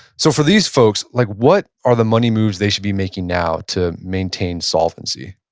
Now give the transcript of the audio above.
so for these folks, like what are the money moves they should be making now to maintain solvency?